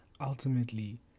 ultimately